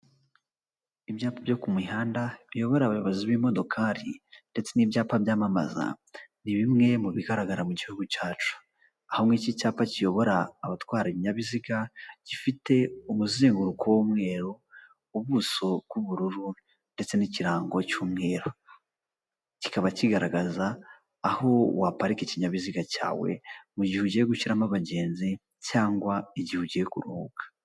Ibyapa byo ku muhanda biyobora abayobozi b'imodokari ndetse n'ibyapa byamamaza ni bimwe mu bigaragara mu gihugu cyacu ,hamwe nk' ikicyapa kiyobora abatwara ibinyabiziga gifite umuzenguruko w'umweru ubuso bw'ubururu ndetse n'ikirango cy'umweru kikaba kigaragaza aho waparika ikinyabiziga cyawe mu gihe ugiye gushyiramo abagenzi cyangwa igihe ugiye kuruhuka.